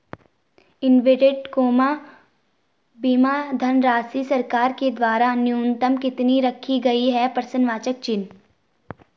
बीमा धनराशि सरकार के द्वारा न्यूनतम कितनी रखी गई है?